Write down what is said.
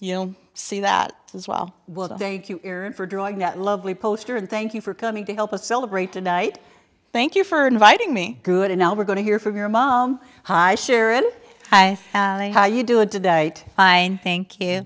you'll see that as well will thank you for drawing that lovely poster and thank you for coming to help us celebrate tonight thank you for inviting me good and now we're going to hear from your mom hi sharon hi how you doing today i think